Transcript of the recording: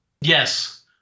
Yes